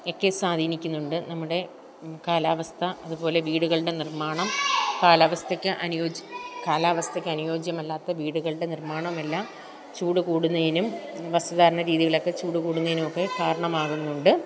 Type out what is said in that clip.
ഒക്കെ സ്വാധീനിക്കുന്നുണ്ട് നമ്മുടെ കാലാവസ്ഥ അത്പോലെ വീടുകളുടെ നിർമ്മാണം കാലാവസ്ഥയ്ക്ക് അനുയോജ്യ കാലാവസ്ഥയ്ക്ക് അനുയോജ്യമല്ലാത്ത വീടുകളുടെ നിർമ്മാണമെല്ലാം ചൂട് കൂടുന്നതിനും വസ്ത്രധാരണ രീതിയിലൊക്കെ ചൂട് കൂടുന്നതിനുമൊക്കെ കാരണമാകുന്നുണ്ട്